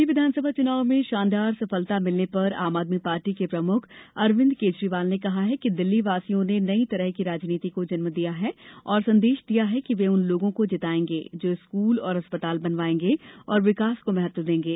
दिल्ली विधानसभा चुनाव में शानदार सफलता मिलने पर आमआदमी पार्टी के प्रमुख अरविंद केजरीवाल ने कहा है कि दिल्ली वासियों ने नई तरह की राजनीति को जन्म दिया है और संदेश दिया है कि वे उन लोगों को जितायेंगे जो स्कूल और अस्पताल बनवायेंगे और विकास को महत्व देंगे